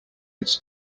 its